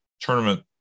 tournament